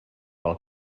pel